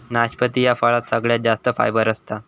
नाशपती ह्या फळात सगळ्यात जास्त फायबर असता